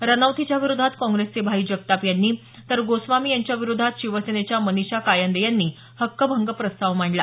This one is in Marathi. रनौत हिच्या विरोधात काँग्रेसचे भाई जगताप यांनी तर गोस्वामी यांच्या विरोधात शिवसेनेच्या मनीषा कायंदे यांनी हक्कभंग प्रस्ताव मांडला